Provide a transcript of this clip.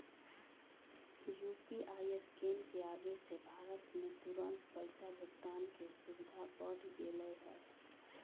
UPI scan के आवे से भारत में तुरंत पैसा भुगतान के सुविधा बढ़ गैले है